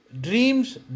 dreams